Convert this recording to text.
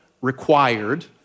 required